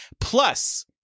Plus